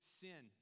sin